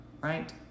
right